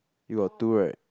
you got two right